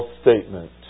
statement